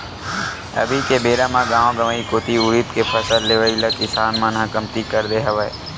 अभी के बेरा म गाँव गंवई कोती उरिद के फसल लेवई ल किसान मन ह कमती कर दे हवय